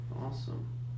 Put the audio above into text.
awesome